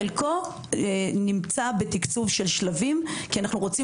חלקו נמצא בתקצוב של שלבים כי אנחנו רוצים